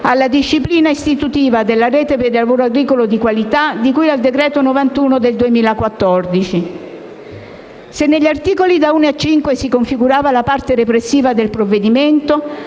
alla disciplina istitutiva della Rete del lavoro agricolo di qualità di cui al decreto-legge n. 91 del 2014. Se negli articoli da 1 a 5 si configurava la parte repressiva del provvedimento,